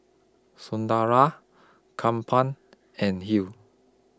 Sunderlal and Hill